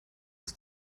ist